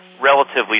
relatively